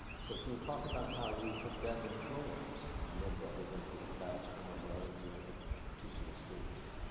so can you talk about how you took that influence and then brought it into the classroom and brought into your teaching of students?